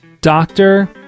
doctor